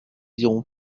irons